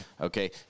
Okay